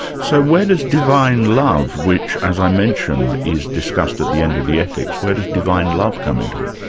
so where does divine love, which as i mentioned, is discussed at the end of the ethics, where does divine love come into it?